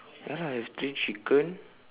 ya lah I have three chicken